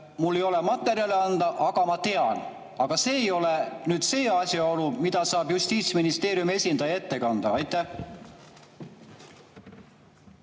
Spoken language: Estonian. mul ei ole materjale anda, aga ma tean. Aga see ei ole asjaolu, mida saab Justiitsministeeriumi esindaja ette kanda. Nii,